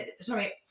sorry